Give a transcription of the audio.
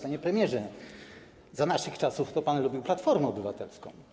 Panie premierze, za naszych czasów to pan lubił Platformę Obywatelską.